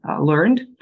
learned